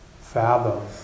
fathom